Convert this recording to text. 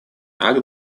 акт